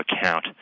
account